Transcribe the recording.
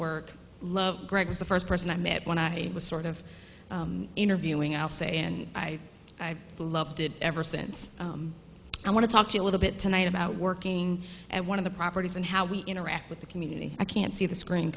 work love greg was the first person i met when i was sort of interviewing our say and i i loved it ever since i want to talk a little bit tonight about working at one of the properties and how we interact with the community i can't see the screen